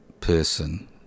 person